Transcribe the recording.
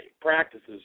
practices